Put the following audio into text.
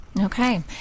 Okay